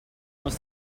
was